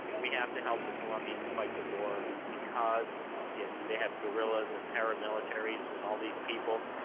we have to help the colombians fight the war because if they have guerrillas and paramilitaries and all these people,